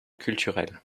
culturelle